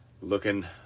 Looking